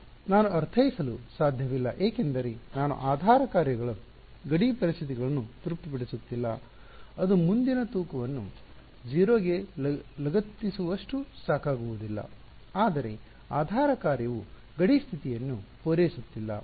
ನಾನು ಅರ್ಥೈಸಲು ಸಾಧ್ಯವಿಲ್ಲ ಏಕೆಂದರೆ ನಾನು ಆಧಾರ ಕಾರ್ಯಗಳ ಗಡಿ ಪರಿಸ್ಥಿತಿಗಳನ್ನು ತೃಪ್ತಿಪಡಿಸುತ್ತಿಲ್ಲ ಅದು ಮುಂದಿನ ತೂಕವನ್ನು 0 ಗೆ ಲಗತ್ತಿಸುವಷ್ಟು ಸಾಕಾಗುವುದಿಲ್ಲ ಆದರೆ ಆಧಾರ ಕಾರ್ಯವು ಗಡಿ ಸ್ಥಿತಿಯನ್ನು ಪೂರೈಸುತ್ತಿಲ್ಲ